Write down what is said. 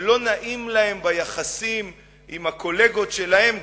שלא נעים להם ביחסים עם הקולגות שלהם,